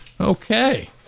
okay